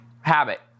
Habit